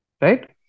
Right